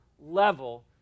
level